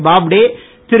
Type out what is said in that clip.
Bobde Thiru